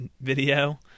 video